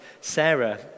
Sarah